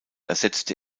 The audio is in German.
ersetzte